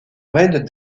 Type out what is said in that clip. raid